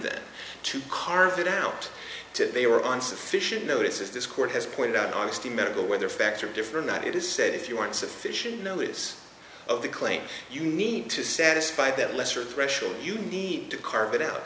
that to carve it out to they were on sufficient notice is this court has pointed out honesty medical whether fact or differ in that it is said if you aren't sufficient notice of the claim you need to satisfy that lesser threshold you need to carve it out